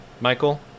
Michael